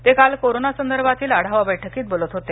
ते काल कोरोना संदर्भातील आढावा बैठकीत बोलत होते